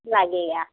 लागेया